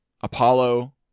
apollo